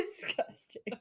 Disgusting